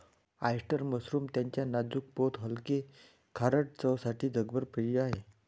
oyster mushroom त्याच्या नाजूक पोत हलके, खारट चवसाठी जगभरात प्रिय आहे